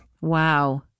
Wow